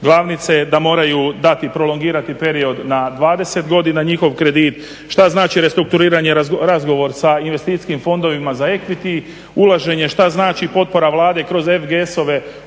glavnice, da moraju dati, prolongirati period na 20 godina, njihov kredit, šta znači restrukturiranje, razgovor sa investicijskim fondovima za …, ulaženje, šta znači potpora Vlade kroz FGS-ove